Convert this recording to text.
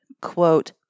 quote